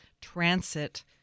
transit